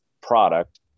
product